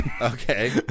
Okay